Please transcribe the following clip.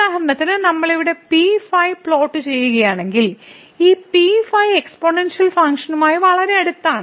ഉദാഹരണത്തിന് നമ്മൾ ഇവിടെ P5 പ്ലോട്ട് ചെയ്യുകയാണെങ്കിൽ ഈ P5 എക്സ്പോണൻഷ്യൽ ഫംഗ്ഷനുമായി വളരെ അടുത്താണ്